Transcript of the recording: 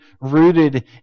rooted